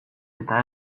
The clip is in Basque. eta